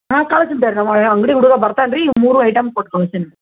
ಹಾಂ ಕಳಿಸ್ಬಿಟ್ಟೆನ ನಮ್ಮ ಅಂಗಡಿ ಹುಡುಗ ಬರ್ತಾನೆ ರೀ ಈ ಮೂರು ಐಟಮ್ ಕೊಟ್ಟು ಕಳ್ಸ್ತೇನೆ